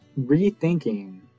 rethinking